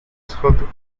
schodów